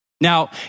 Now